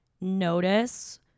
notice